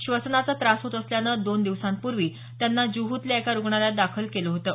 श्वसनाचा त्रास होत असल्यानं दोन दिवसांपूवी त्यांना जुहूतल्या एका रुग्णालयात दाखल केलं होतं